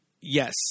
yes